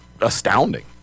astounding